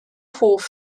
hoff